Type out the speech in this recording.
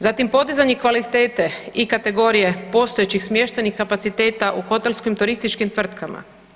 Zatim podizanje kvalitete i kategorije postojećih smještajnih kapaciteta u hotelskim turističkim tvrtkama.